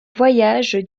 voyages